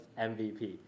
MVP